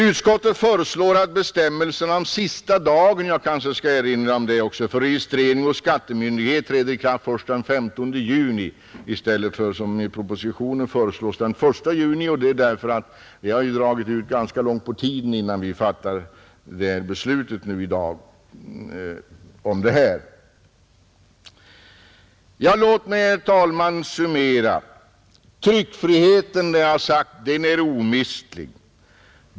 Utskottet föreslår att bestämmelsen om sista dag — jag kanske skall erinra om det också — för registrering hos skattemyndighet träder i kraft först den 15 juni i stället för den 1 juni, som föreslås i propositionen. Ändringen beror på att det har dragit ganska långt ut på tiden innan vi fattar beslutet nu i dag. Låt mig, herr talman, summera, Tryckfriheten, det har jag sagt, den är omistlig.